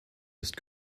ist